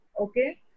Okay